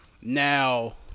Now